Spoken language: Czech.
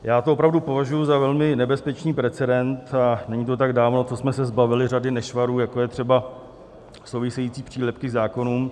Já to opravdu považuji za velmi nebezpečný precedens a není to tak dávno, co jsme se zbavili řady nešvarů, jako jsou třeba související přílepky k zákonům.